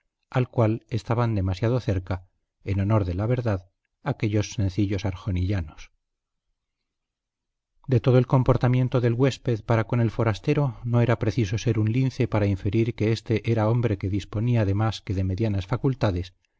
al cual estaban demasiado cerca en honor de la verdad aquellos sencillos arjonillanos de todo el comportamiento del huésped para con el forastero no era preciso ser un lince para inferir que éste era hombre que disponía de más que de medianas facultades